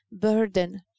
burden